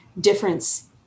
difference